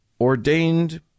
ordained